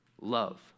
love